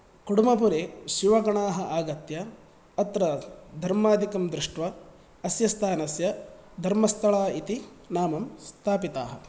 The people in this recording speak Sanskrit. कुडुमपुरे शिवगणाः आगत्य अत्र धर्मादिकं दृष्ट्वा अस्य स्थानस्य धर्मस्थला इति नामं स्थापिताः